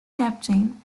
captain